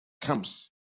comes